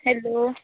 hello